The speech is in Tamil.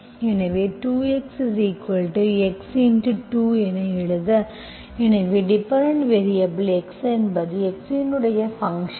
2 ஐ எழுத எனவே டிபெண்டென்ட் வேரியபல் என்பது x இன் ஃபங்க்ஷன்